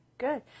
Good